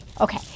Okay